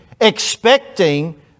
expecting